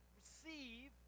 receive